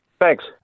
Thanks